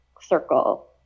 circle